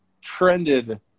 trended